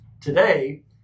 Today